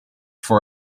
for